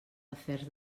afers